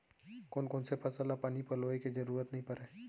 कोन कोन से फसल ला पानी पलोय के जरूरत नई परय?